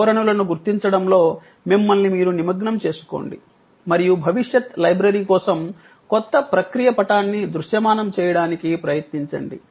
ధోరణులను గుర్తించడంలో మిమ్మల్ని మీరు నిమగ్నం చేసుకోండి మరియు భవిష్యత్ లైబ్రరీ కోసం కొత్త ప్రక్రియ పటాన్ని దృశ్యమానం చేయడానికి ప్రయత్నించండి